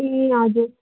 ए हजुर